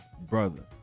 brother